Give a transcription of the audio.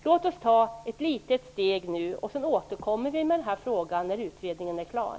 Låt oss ta ett litet steg nu, och så återkommer vi med frågan när utredningen är klar.